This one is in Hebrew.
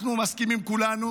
אנחנו מסכימים כולנו